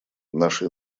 наша